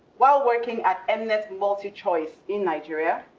while working at and mnet multichoice in nigeria,